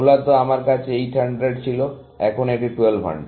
মূলত আমার কাছে 800 ছিল এখন এটি 1200